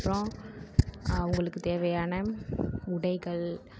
அப்புறம் அவர்களுக்கு தேவையான உடைகள்